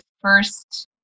first